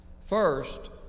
first